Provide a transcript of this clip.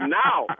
now